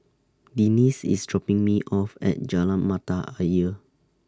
Denis IS dropping Me off At Jalan Mata Ayer